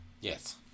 Yes